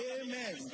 Amen